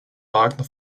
wagner